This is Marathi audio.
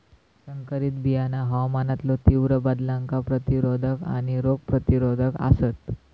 संकरित बियाणा हवामानातलो तीव्र बदलांका प्रतिरोधक आणि रोग प्रतिरोधक आसात